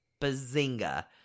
bazinga